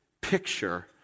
picture